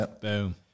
Boom